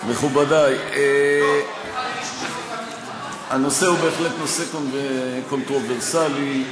מכובדי, הנושא הוא בהחלט נושא קונטרוברסלי.